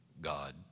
God